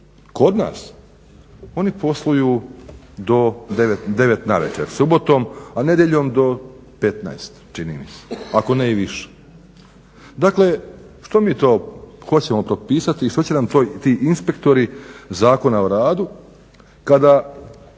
Kod nas oni posluju do 9 navečer subotom, a nedjeljom do 15 čini mi se, ako ne i više. Dakle, što mi to hoćemo propisati i što će nam to ti inspektori Zakona o radu kada